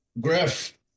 Griff